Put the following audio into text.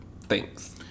Thanks